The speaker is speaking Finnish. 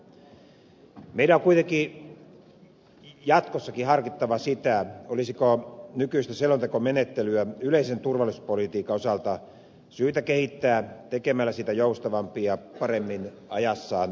meidän on kuitenkin jatkossakin harkittava sitä olisiko nykyistä selontekomenettelyä yleisen turvallisuuspolitiikan osalta syytä kehittää tekemällä siitä joustavampi ja paremmin ajassaan elävä